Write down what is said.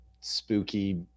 spooky